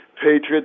Patriots